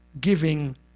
giving